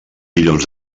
milions